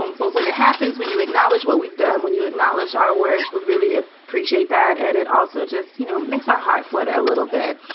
um but when it happens, when you acknowledge what we've done, when you acknowledge our work, we really ah appreciate that. and it also just, you know, makes our heart flutter a little bit.